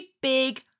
big